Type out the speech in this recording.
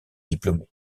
diplômé